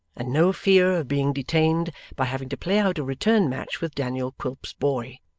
and no fear of being detained by having to play out a return match with daniel quilp's boy.